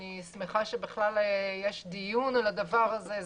אני שמחה שיש דיון על הדבר הזה.